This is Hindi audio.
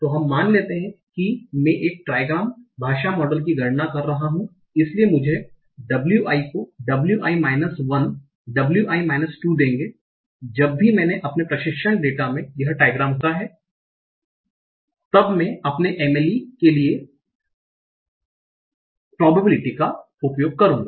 तो हम मान लेंगे कि मैं एक ट्रायग्राम भाषा मॉडल की गणना कर रहा हूं इसलिए मुझे wi को wi माइनस 1 wi माइनस 2 देंगे जब भी मैंने अपने प्रशिक्षण डेटा में यह ट्राइग्राम होता है तब मैं अपने MLE के लिए probability का उपयोग करूँगा